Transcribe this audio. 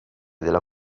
della